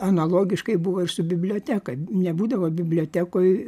analogiškai buvo ir su biblioteka nebūdavo bibliotekoj